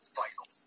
vital